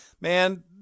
Man